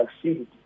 succeed